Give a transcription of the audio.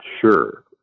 sure